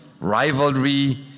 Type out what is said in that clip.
rivalry